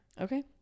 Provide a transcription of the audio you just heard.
okay